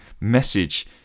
message